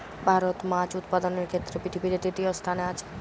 ভারত মাছ উৎপাদনের ক্ষেত্রে পৃথিবীতে তৃতীয় স্থানে আছে